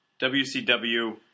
WCW